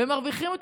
ומרוויחים אותו,